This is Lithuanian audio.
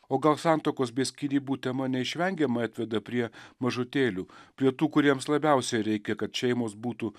o gal santuokos bei skyrybų tema neišvengiamai atveda prie mažutėlių prie tų kuriems labiausiai reikia kad šeimos būtų